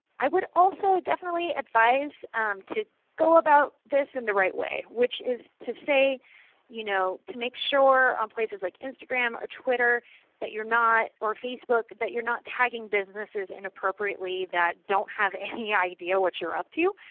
i would also definitely advise to go about this in the right way which is to say you know to make sure on places like instagram or twitter that you are not, or facebook, that you are not tagging businesses inappropriately that don't have idea what you are up to.